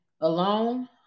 alone